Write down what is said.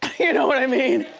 you know what i mean?